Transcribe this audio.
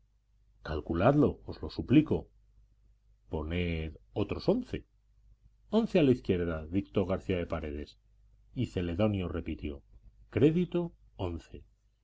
calculadlo os lo suplico poned otros once once a la izquierda dictó garcía de paredes y celedonio repitió crédito once